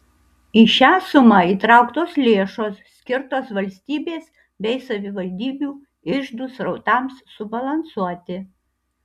į šią sumą įtrauktos lėšos skirtos valstybės bei savivaldybių iždų srautams subalansuoti